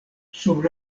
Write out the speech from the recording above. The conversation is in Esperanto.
sub